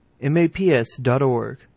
MAPS.org